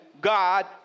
God